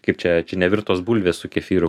kaip čia čia nevirtos bulvės su kefyru